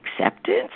acceptance